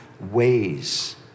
ways